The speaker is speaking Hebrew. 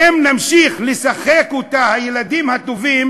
ואם נמשיך לשחק אותה הילדים הטובים,